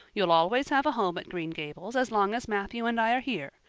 you'll always have a home at green gables as long as matthew and i are here,